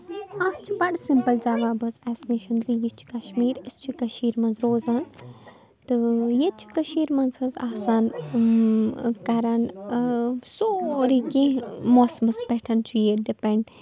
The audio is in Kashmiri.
اَتھ چھُ بَڑٕ سِمپٕل جواب حظ اَسہِ نِش کہِ یہِ چھِ کَشمیٖر أسۍ چھِ کٔشیٖرِ منٛز روزان تہٕ ییٚتہِ چھِ کٔشیٖرِ منٛز حظ آسان کران سورٕے کیٚنہہ موسمَس پٮ۪ٹھ چھُ یہِ ڈِپٮ۪نٛڈ